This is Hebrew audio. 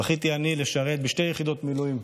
זכיתי אני לשרת בשתי יחידות מילואים,